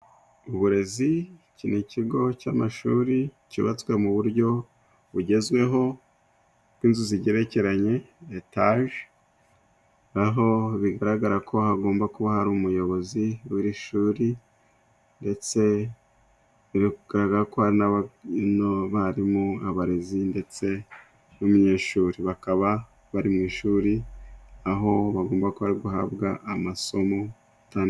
Uburezi, iki ni ikigo cy'amashuri cyubatswe mu buryo bugezweho bw'inzu zigerekeranye etaje, aho bigaragara ko hagomba kuba hari umuyobozi w'iri shuri, ndetse biri kugaragara ko hari n'abarimu, abarezi ndetse n'umunyeshuri. Bakaba bari mu ishuri aho bagomba kuba bari guhabwa amasomo atandukanye.